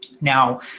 Now